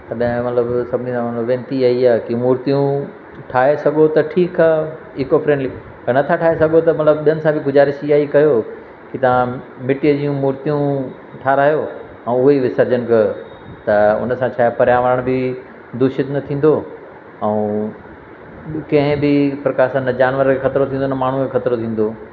तॾहिं मतिलबु सभिनि सां हीअ वेनती इहा हीअ की मूर्तियूं ठाहे सघो त ठीकु आहे ईको फ्रेंडली त न था ठाहे सघो त मतिलबु ॿियनि सां बि गुज़ारिश हीअ ई कयो की तव्हां मिटीअ जूं मूर्तियूं ठाराहियो ऐं उहे ई विसर्जन कयो त उन सां छाहे पर्यावरणु बि दूषित न थींदो ऐं कंहिं बि प्रकार सां न जानवर खे ख़तिरो थींदो न माण्हूअ खे ख़तिरो थींदो